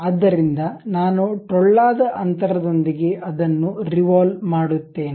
ಆದ್ದರಿಂದ ನಾನು ಟೊಳ್ಳಾದ ಅಂತರದೊಂದಿಗೆ ಅದನ್ನು ರಿವಾಲ್ವ್ ಮಾಡುತ್ತೇನೆ